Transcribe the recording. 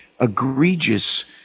egregious